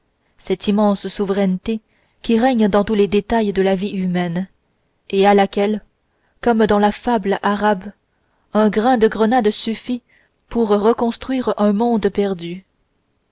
cette immense souveraineté qui règne dans tous les détails de la vie humaine et à laquelle comme dans la fable arabe un grain de grenade suffit pour reconstruire un monde perdu